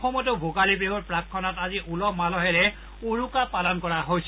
অসমতো ভোগালী বিহুৰ প্ৰাকক্ষণত আজি উলহ মালহেৰে উৰুকা পালন কৰা হৈছে